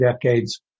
decades